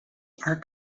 are